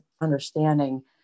understanding